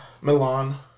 Milan